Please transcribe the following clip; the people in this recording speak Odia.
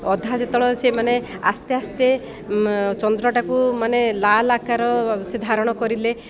ଅଧା ଯେତବେଳେ ସେ ମାନେ ଆସ୍ତେ ଆସ୍ତେ ଚନ୍ଦ୍ରଟାକୁ ମାନେ ଲାଲ ଆକାର ସେ ଧାରଣ କରିଲେ